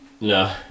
No